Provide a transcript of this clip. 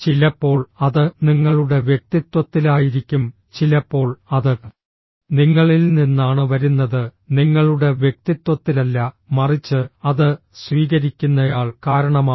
ചിലപ്പോൾ അത് നിങ്ങളുടെ വ്യക്തിത്വത്തിലായിരിക്കും ചിലപ്പോൾ അത് നിങ്ങളിൽ നിന്നാണ് വരുന്നത് നിങ്ങളുടെ വ്യക്തിത്വത്തിലല്ല മറിച്ച് അത് സ്വീകരിക്കുന്നയാൾ കാരണമാണ്